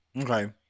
okay